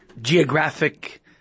geographic